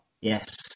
Yes